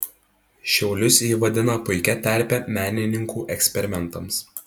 šiaulius ji vadina puikia terpe menininkų eksperimentams